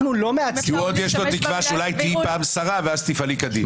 כי יש לו עוד תקווה שאולי תהיה פעם שרה ואז תפעלי כדין.